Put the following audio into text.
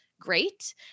great